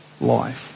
life